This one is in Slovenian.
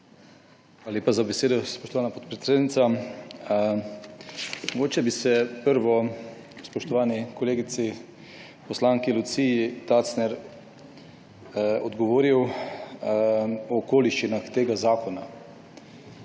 Hvala lepa za besedo, spoštovana podpredsednica. Mogoče bi najprej spoštovani kolegici poslanki Luciji Tacer odgovoril o okoliščinah tega zakona,